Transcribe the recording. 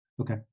Okay